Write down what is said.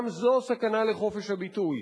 גם זו סכנה לחופש הביטוי.